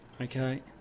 Okay